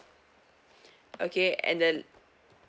okay and the